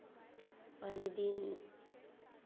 पहले दिन